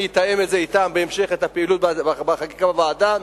אתאם אתם בהמשך את הפעילות בחקיקה בוועדה.